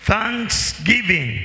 thanksgiving